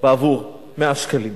בעבור 100 שקלים.